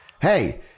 Hey